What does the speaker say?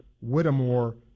Whittemore